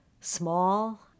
small